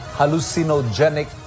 hallucinogenic